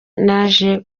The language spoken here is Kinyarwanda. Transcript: naje